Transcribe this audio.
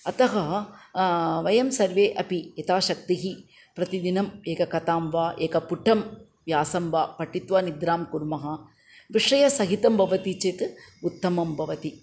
अतः वयं सर्वे अपि यथाशक्तिः प्रतिदिनं एकां कथां वा एकपुटं व्यासं वा पठित्वा निद्रां कुर्मः विषयसहितं भवति चेत् उत्तमं भवति